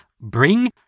bring